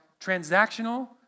transactional